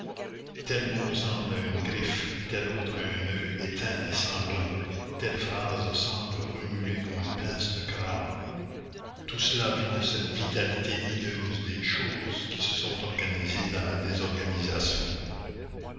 mot ressemble à une griffe tel autre à un oeil éteint et sanglant telle phrase semble remuer comme une pince de crabe tout cela vit de cette vitalité hideuse des choses qui se sont organisées dans la désorganisation